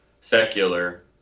secular